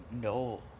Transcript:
no